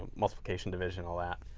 multiplication, division, all that.